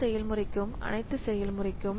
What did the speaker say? முழு செயல்முறைக்கும் அனைத்து செயல்முறைக்கும்